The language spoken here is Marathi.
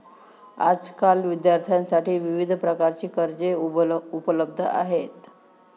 आजकाल विद्यार्थ्यांसाठी विविध प्रकारची कर्जे उपलब्ध आहेत